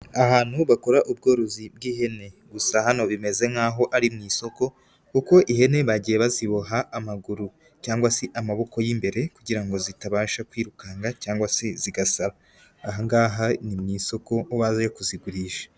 Ahantu bakora ubworozi bw'ihene, gusa hano bimeze nk'aho ari mu isoko kuko ihene bagiye baziboha amaguru cyangwa se amaboko y'imbere, kugira ngo zitabasha kwirukanka cyangwa se zigasara, aha ngaha ni mu isoko baje kuzigurisha.